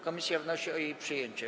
Komisja wnosi o jej przyjęcie.